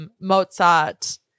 Mozart